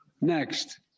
Next